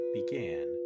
began